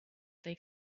they